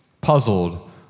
Puzzled